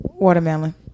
Watermelon